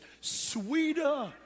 sweeter